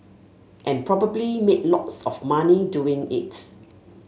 and probably made lots of money doing it